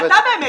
אתה באמת.